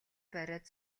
бариад